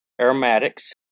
aromatics